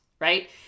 right